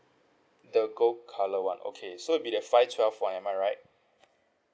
the gold colour [one] okay so will be that five twelve [one] am I right